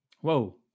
Whoa